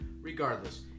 regardless